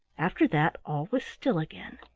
after that all was still again.